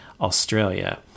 Australia